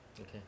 Okay